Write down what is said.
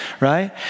right